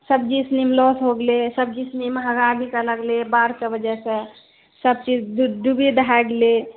सब्जी सबमे लोस हो गेलै सब्जी सब महगा बिकाए लगलै बाढ़के वजहसँ सबचीज डूबी दहाए गेलै